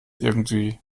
irgendwie